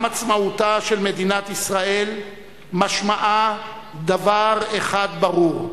גם עצמאותה של מדינת ישראל משמעה דבר אחד ברור: